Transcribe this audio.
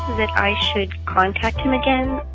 that i should contact him again?